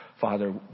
Father